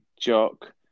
jock